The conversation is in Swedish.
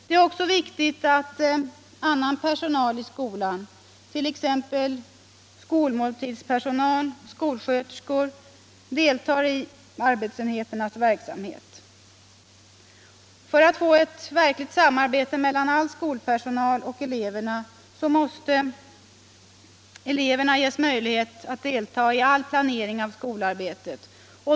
Det är också viktigt att annan personal i skolan, t.ex. skolmåltidspersonal och skolsköterskor, deltar i arbetsenheternas verksamhet. För att få ett verkligt samarbete mellan all skolpersonal och eleverna måste eleverna ges möjlighet att delta i all planering av skolarbetet.